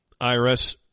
IRS